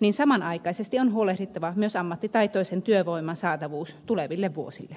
niin samanaikaisesti on huolehdittava myös ammattitaitoisen työvoiman saatavuudesta tuleville vuosille